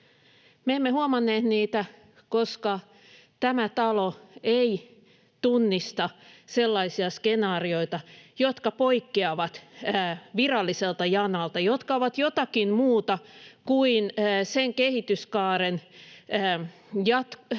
Me emme huomanneet niitä, koska tämä talo ei tunnista sellaisia skenaarioita, jotka poikkeavat viralliselta janalta, jotka ovat jotakin muuta kuin sen kehityskaaren jatkoa,